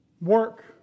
work